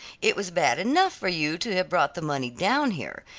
it was bad enough for you to have brought the money down here.